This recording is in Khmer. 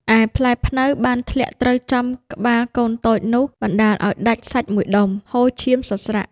ឯផ្លែព្នៅ បានធ្លាក់ត្រូវចំក្បាលកូនតូចនោះ បណ្តាលឱ្យដាច់សាច់មួយដុំ ហូរឈាមសស្រាក់។